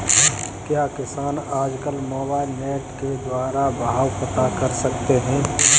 क्या किसान आज कल मोबाइल नेट के द्वारा भाव पता कर सकते हैं?